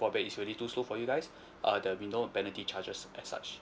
broadband is really too slow for you guys uh there will be no penalty charges and such